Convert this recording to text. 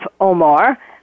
Omar